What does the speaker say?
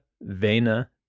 vena